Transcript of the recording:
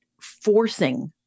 forcing